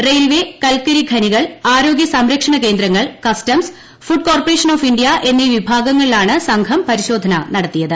railway കുൽക്കൂരിഖനികൾ ആരോഗൃസംരക്ഷണകേന്ദ്രങ്ങൾ customs food corporation of India എന്നീ വിഭാഗങ്ങളിലാണ് സംഘം പരിശോധന നടത്തിയത്